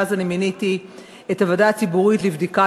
ואז אני מיניתי את הוועדה הציבורית לבדיקת